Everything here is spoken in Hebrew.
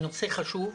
הנושא חשוב.